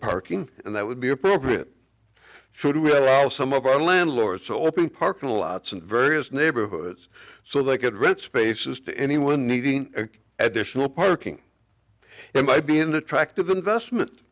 parking and that would be appropriate should we allow some of our landlord so open parking lots and various neighborhoods so they could rent spaces to anyone needing additional parking it might be an attractive investment